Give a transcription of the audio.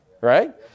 right